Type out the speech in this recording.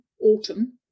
autumn